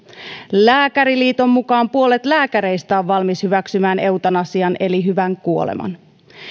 lääkäriliiton mukaan puolet lääkäreistä on valmis hyväksymään eutanasian eli hyvän kuoleman